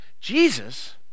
Jesus